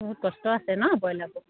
বহুত কষ্ট আছে ন ব্ৰইলাৰতো